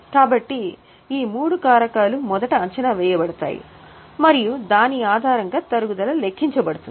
కాబట్టి ఈ మూడు కారకాలు మొదట అంచనా వేయబడతాయి మరియు దాని ఆధారంగా తరుగుదల లెక్కించబడుతుంది